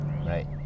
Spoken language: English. Right